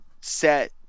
set